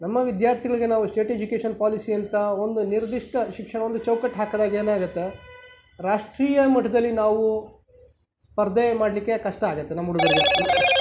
ನಮ್ಮ ವಿದ್ಯಾರ್ಥಿಗಳಿಗೆ ನಾವು ಸ್ಟೇಟ್ ಎಜುಕೇಷನ್ ಪಾಲಿಸಿ ಅಂತ ಒಂದು ನಿರ್ದಿಷ್ಟ ಶಿಕ್ಷಣ ಒಂದು ಚೌಕಟ್ಟು ಹಾಕಿದಾಗ ಏನಾಗುತ್ತೆ ರಾಷ್ಟ್ರೀಯ ಮಟ್ಟದಲ್ಲಿ ನಾವು ಸ್ಪರ್ಧೆ ಮಾಡಲಿಕ್ಕೆ ಕಷ್ಟ ಆಗುತ್ತೆ ನಮ್ಮ ಹುಡುಗರಿಗೆ